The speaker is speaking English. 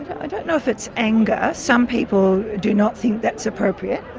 i don't know if it's anger. some people do not think that's appropriate.